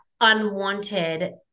unwanted